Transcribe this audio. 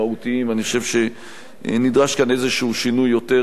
אני חושב שנדרש כאן איזה שינוי יותר מהותי,